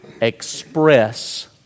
express